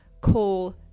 call